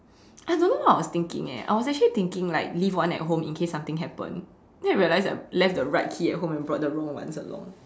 I don't know what I was thinking eh I was actually thinking right leave one at home in case something happen then I realized I left the right key at home and brought the wrong ones along